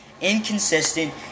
inconsistent